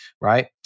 right